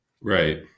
right